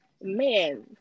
man